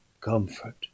comfort